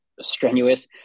strenuous